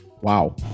Wow